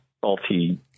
salty